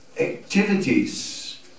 activities